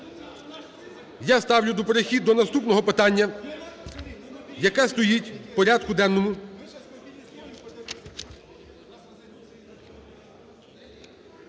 Я ставлю перехід до наступного питання, яке стоїть в порядку денному.